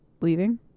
leaving